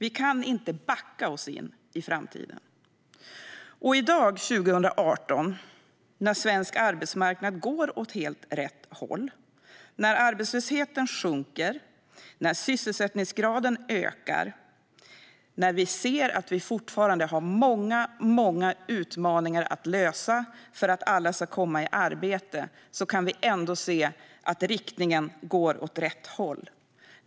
Vi kan inte backa oss in i framtiden. I dag, 2018, går svensk arbetsmarknad åt helt rätt håll: Arbetslösheten sjunker och sysselsättningsgraden ökar. Vi ser att det fortfarande finns många utmaningar att lösa för att alla ska komma i arbete, men vi kan ändå se att det går åt rätt håll.